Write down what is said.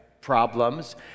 problems